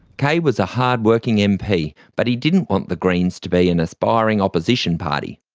kaye was a hard-working mp, but he didn't want the greens to be an aspiring opposition party.